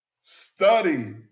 Study